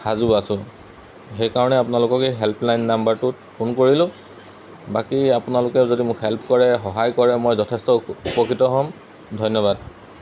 সাজো আছোঁ সেইকাৰণে আপোনালোকক এই হেল্পলাইন নাম্বাৰটোত ফোন কৰিলোঁ বাকী আপোনালোকে যদি মোক হেল্প কৰে সহায় কৰে মই যথেষ্ট উপকৃত হ'ম ধন্যবাদ